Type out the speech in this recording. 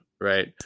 right